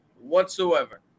whatsoever